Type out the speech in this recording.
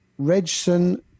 regson